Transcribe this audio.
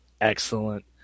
Excellent